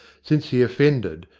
since he offended,